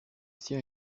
sien